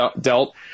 dealt